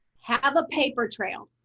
have a paper trail.